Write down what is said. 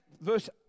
verse